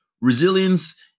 resilience